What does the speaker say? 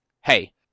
hey